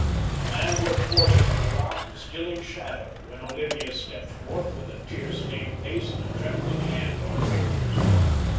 and the landward portion of the rock was still in shadow when olivia stepped forth with a tear-stained face and a trembling hand on victor's arm.